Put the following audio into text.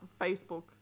facebook